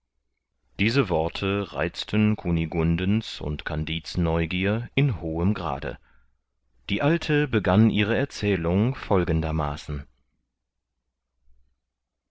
diese worte reizten kunigundens und kandid's neugier in hohem grade die alte begann ihre erzählung folgendermaßen